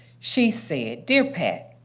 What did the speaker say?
she said, dear pat,